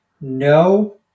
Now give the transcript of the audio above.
no